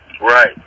Right